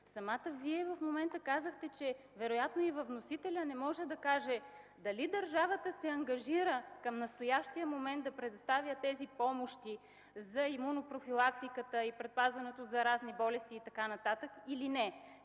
нататък. Вие самата казахте, че вероятно и вносителят не може да каже дали държавата се ангажира към настоящия момент да предоставя тези помощи за имунопрофилактиката и предпазването от заразни болести и така нататък, или не?